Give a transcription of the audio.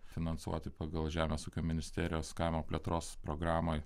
finansuoti pagal žemės ūkio ministerijos kaimo plėtros programą